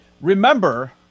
Remember